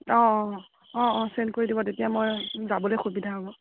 অ' অ' অ' চেণ্ড কৰি দিব তেতিয়া মই যাবলৈ সুবিধা হ'ব